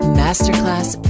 masterclass